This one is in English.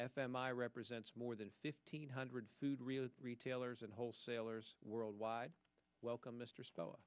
f m i represents more than fifteen hundred food real retailers and wholesalers worldwide welcome mr spell